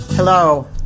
Hello